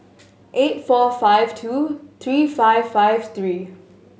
eight four five two three five five three